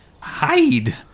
hide